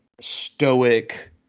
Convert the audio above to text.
Stoic